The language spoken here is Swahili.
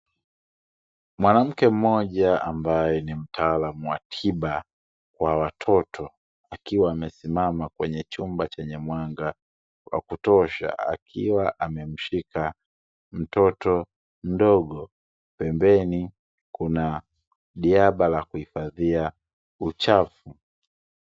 Mwanamke mmoja ambaye ni mtaalamu wa tiba kwa watoto, akiwa amesimama kwenye chumba chenye mwanga wa kutosha, akiwa amemshika mtoto mdogo. Pembeni kuna jaba la kuhifadhia uchafu.